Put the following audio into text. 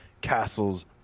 Castles